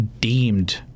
deemed